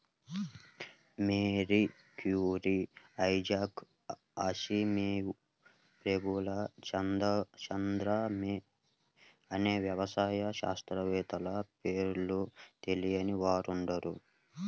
Mary Curie, Isaac Asimov, Prafulla Chandra Ray అనే వ్యవసాయ శాస్త్రవేత్తల పేర్లు తెలియని వారుండరు